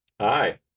Hi